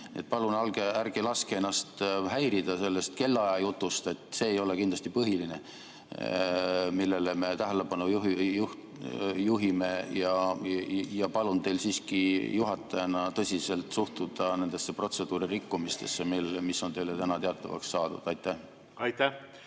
Palun ärge laske ennast häirida sellest kellaajajutust, see ei ole kindlasti põhiline, millele me tähelepanu juhime. Ja palun teil juhatajana siiski tõsiselt suhtuda nendesse protseduuri rikkumistesse, mis on teile täna teatavaks saanud. Aitäh,